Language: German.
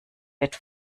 wird